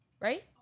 right